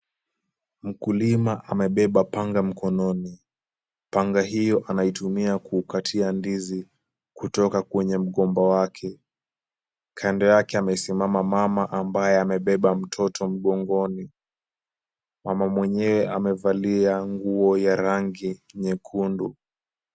Mkulima amebeba panga mkononi. Panga hiyo anaitumia kukatia ndizi kutoka kwenye mgomba wake. Kando yake amesimama mama ambaye amebeba mtoto mgongoni. Mama mwenyewe amevalia nguo ya rangi nyekundu.